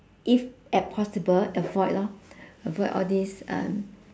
if at possible avoid lor avoid all these um